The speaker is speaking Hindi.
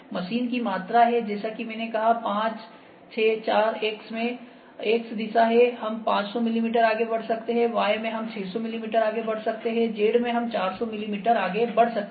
मशीन की मात्रा है जैसा कि मैंने कहा कि 56 4 एक्स में एक्स दिशा है हम 500 मिमी आगे बढ़ सकते हैं वाई दिशा में हम 600 मिमी आगे बढ़ सकते हैं जेड दिशा में हम 400 मिमी आगे बढ़ सकते हैं